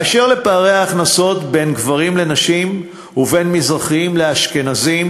באשר לפערי ההכנסות בין גברים לנשים ובין מזרחים לאשכנזים,